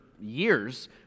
years